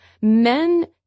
men